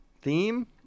Theme